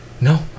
No